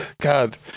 God